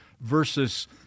versus